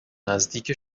نزدیک